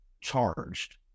charged